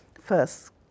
first